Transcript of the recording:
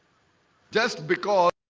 just because